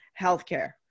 healthcare